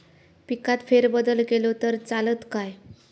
पिकात फेरबदल केलो तर चालत काय?